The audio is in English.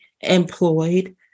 employed